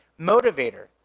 motivator